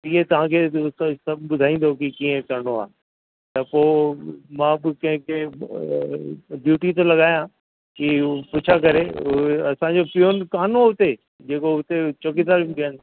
P A तव्हां खे सभु ॿुधाईंदो की कीअं करिणो आहे त पोइ मां कुझु कंहिंखे ड्यूटी थो लॻायां की हो पुछा करे उहे असांजो पीओन कोन हो हुते जेको हुते चौकीदारी कनि